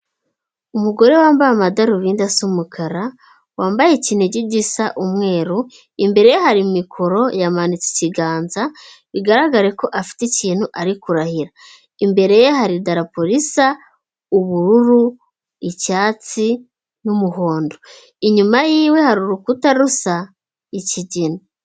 Umugore wambaye amadarubindi asi n'umukara, wambaye ikinigi gisa umweru. Imbere ye hari mikoro, yamanitse ikiganza bigaragare ko afite ikintu ari kurahira. Imbere ye haridarapo risa ubururu, icyatsi, n'umuhondo, inyuma y'iwe hari urukuta rusa ikigina.